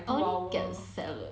I only get salad